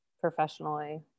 professionally